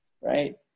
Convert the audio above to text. right